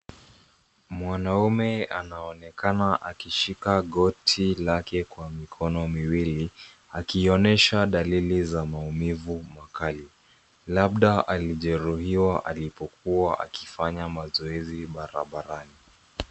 Mwanaume anaonekana akishika goti lake kwa mikono miwili akionyesha dalili za maumivu makali. Labda alijeruhiwa alipokuwa akifanya mazoezi barabarani.